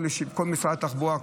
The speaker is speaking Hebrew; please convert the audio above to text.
כל משרד התחבורה,